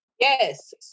Yes